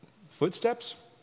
footsteps